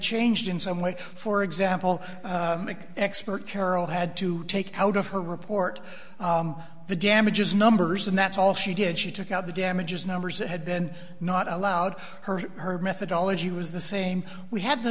changed in some way for example expert carol had to take out of her report the damages numbers and that's all she did she took out the damages numbers that had been not allowed her her methodology was the same we had the